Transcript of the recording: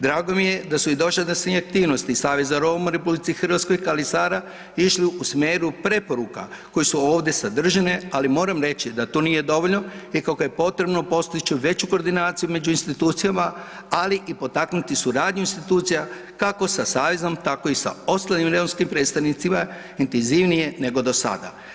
Drago mi je da su i dosadašnje aktivnosti Saveza Roma u Republici Hrvatskoj Kali Sara išli u smjeru preporuka koji su ovdje sadržane, ali moram reći da to nije dovoljno, nego je potrebno postići veću koordinaciju među institucijama, ali i potaknuti suradnju institucija kako sa savezom, tako i sa ostalim romskim predstavnicima intenzivnije nego do sada.